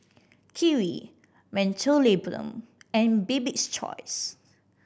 Kiwi Mentholatum and Bibik's Choice